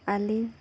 ᱟᱹᱞᱤᱧ